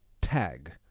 tag